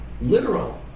literal